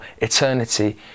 eternity